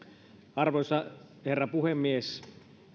arvoisa herra puhemies